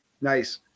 Nice